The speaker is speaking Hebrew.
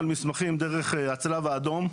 חותמים על מסמכים דרך הצלב האדום,